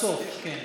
בסוף, כן.